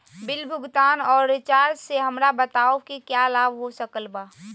Bill भुगतान और recharge से हमरा बताओ कि क्या लाभ हो सकल बा?